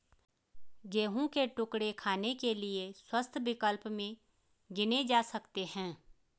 गेहूं के टुकड़े खाने के लिए स्वस्थ विकल्प में गिने जा सकते हैं